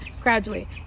graduate